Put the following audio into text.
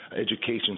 education